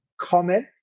Comment